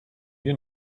you